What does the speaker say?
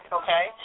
okay